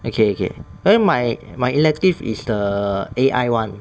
okay okay err my my elective is the A_I one